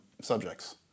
subjects